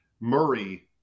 Murray